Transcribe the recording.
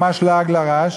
ממש לעג לרש.